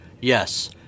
Yes